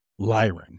Lyran